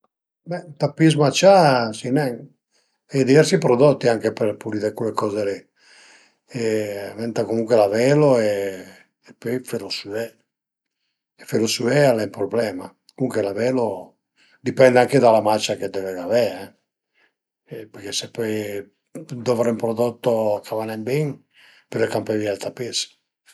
Be ën tapis macià sai nen, a ie diversi prodotti anche për pulidé che coze li e ëntà comuncue lavelu e pöi felu süé e felu süé al e ën problema, comuncue lavelu a dipend anche da la macia che deve gavé përché se pöi dovre ën prodotto ch'a va ne bin pöle campé vìa ël tapis